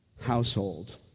household